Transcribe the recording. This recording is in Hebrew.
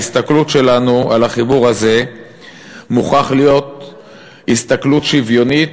ההסתכלות שלנו על החיבור הזה מוכרחה להיות הסתכלות שוויונית